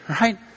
right